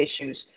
issues